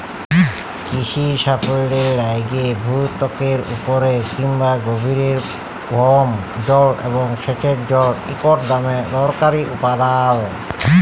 কিসির সাফল্যের লাইগে ভূত্বকের উপরে কিংবা গভীরের ভওম জল এবং সেঁচের জল ইকট দমে দরকারি উপাদাল